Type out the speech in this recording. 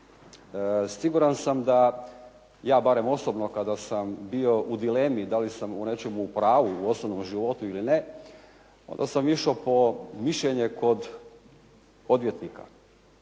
Siguran sam da ja barem osobno kada sam bio u dilemu da li sam u nečemu u pravu u osobnom životu ili ne onda sam išao po mišljenje kod odvjetnika